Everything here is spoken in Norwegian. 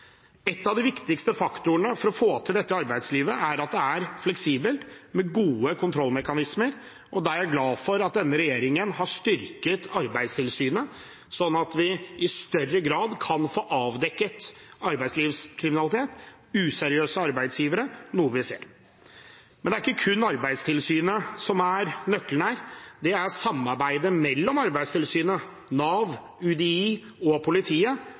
av de viktigste faktorene for å få til dette arbeidslivet er at det er fleksibelt, med gode kontrollmekanismer. Da er jeg glad for at denne regjeringen har styrket Arbeidstilsynet, slik at vi i større grad kan få avdekket arbeidslivskriminalitet og useriøse arbeidsgivere, noe vi ser. Men det er ikke kun Arbeidstilsynet som er nøkkelen her – det er samarbeidet mellom Arbeidstilsynet, Nav, UDI og politiet.